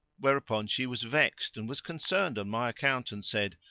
whereupon she was vexed and was concerned on my account and said,